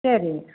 சரிங்க